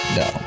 no